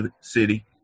city